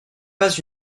pas